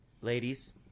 Ladies